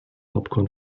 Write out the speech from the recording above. popcorn